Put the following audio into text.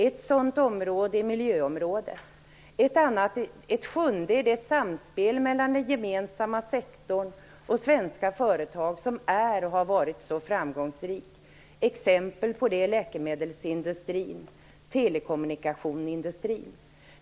Ett sådant område är miljöområdet. Det sjunde är det samspel mellan den gemensamma sektorn och svenska företag som är och har varit så framgångsrikt. Exempel på det är läkemedelsindustrin och telekommunikationsindustrin.